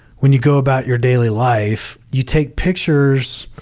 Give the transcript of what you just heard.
when you go about your daily life, you take pictures,